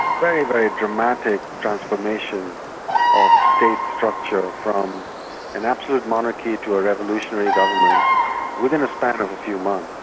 very, very dramatic transformation of state structure from an absolute monarchy to a revolutionary government within a span of a few months.